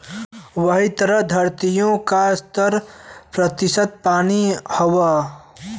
वही तरह द्धरतिओ का सत्तर प्रतिशत पानी हउए